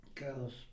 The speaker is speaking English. Girls